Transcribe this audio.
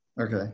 Okay